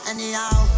Anyhow